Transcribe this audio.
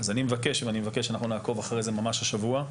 אז אנחנו נעקוב אחרי זה ממש השבוע,